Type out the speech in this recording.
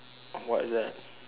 what's that